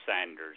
Sanders